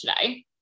today